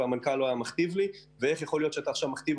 להיות כפוף